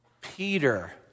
Peter